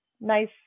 nice